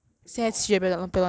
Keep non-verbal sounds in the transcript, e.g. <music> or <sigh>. <noise> 不知道 ah